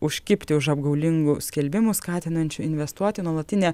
užkibti už apgaulingų skelbimų skatinančių investuoti nuolatinė